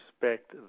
respect